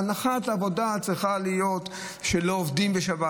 הנחת העבודה צריכה להיות שלא עובדים בשבת